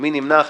מי נמנע?